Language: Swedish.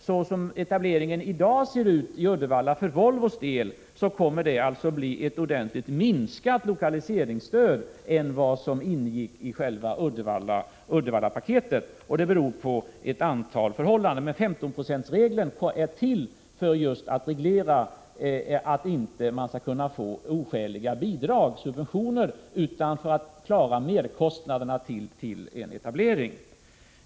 Såsom etableringen i dag ser ut i Uddevalla kommer det därför att för Volvos del bli ett ordentligt minskat lokaliseringsstöd i förhållande till det som ingick i själva Uddevallapaketet. Detta beror på ett antal förhållanden, men 15-procentsregeln är till just för att reglera att det inte skall kunna bli fråga om oskäliga subventioner utan subventioner som gör att man klarar merkostnaderna vid en etablering.